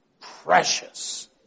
precious